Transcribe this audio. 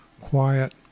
quiet